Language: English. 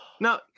No